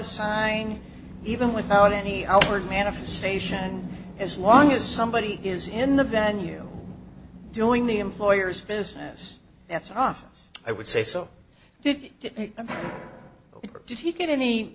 assigning even without any outward manifestation and as long as somebody is in the venue doing the employer's business that's off i would say so did he get any